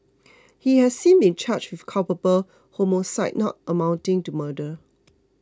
he has since been charged with culpable homicide not amounting to murder